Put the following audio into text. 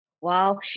wow